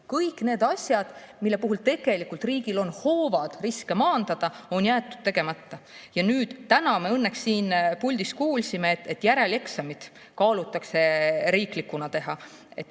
kõik need asjad, mille puhul tegelikult riigil on hoovad riske maandada, on jäetud tegemata. Täna me õnneks siit puldist kuulsime, et järeleksamid kaalutakse riiklikuks teha.